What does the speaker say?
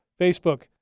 Facebook